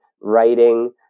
writing